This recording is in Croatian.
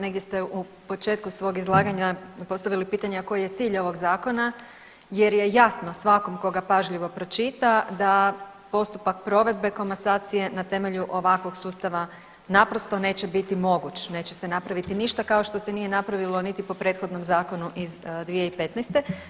Negdje ste u početku svog izlaganja postavili pitanje koji je cilj ovog zakona jer je jasno svakom ko ga pažljivo pročita da postupak provedbe komasacije na temelju ovakvog sustava naprosto neće biti moguć, neće se napraviti ništa kao što se nije napravilo niti po prethodnom zakonu iz 2015.